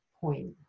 point